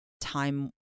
Time